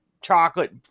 chocolate